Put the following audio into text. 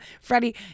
Freddie